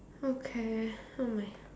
okay oh my